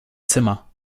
zimmer